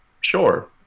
sure